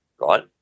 right